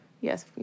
Yes